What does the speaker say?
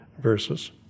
verses